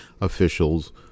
officials